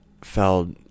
fell